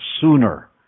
sooner